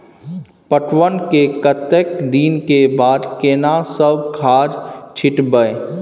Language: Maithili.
पटवन के कतेक दिन के बाद केना सब खाद छिटबै?